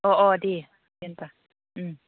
अह अह दे दे होनबा उम